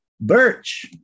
Birch